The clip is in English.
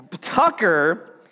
Tucker